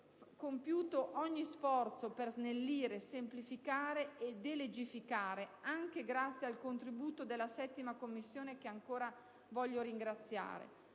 compiuto ogni sforzo per snellire, semplificare e delegificare, anche grazie al contributo della 7a Commissione, che voglio ancora ringraziare.